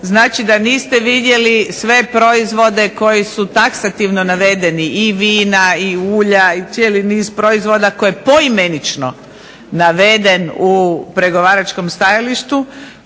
znači da niste vidjeli sve proizvode koji su taksativno navedeni i vina i ulja i cijeli niz proizvoda koje poimenično naveden u pregovaračkom stajalištu